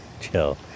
Chill